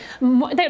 more